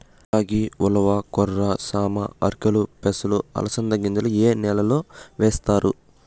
రాగి, ఉలవ, కొర్ర, సామ, ఆర్కెలు, పెసలు, అలసంద గింజలు ఇవి ఏ నెలలో వేస్తారు?